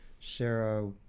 Sarah